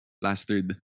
plastered